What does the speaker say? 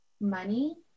money